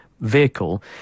vehicle